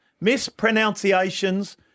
mispronunciations